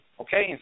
okay